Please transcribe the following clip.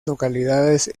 localidades